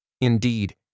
Indeed